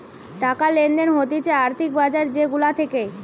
টাকা লেনদেন হতিছে আর্থিক বাজার যে গুলা থাকে